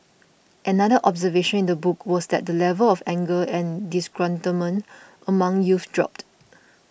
another observation in the book was that the level of anger and disgruntlement among youth dropped